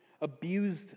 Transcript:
abused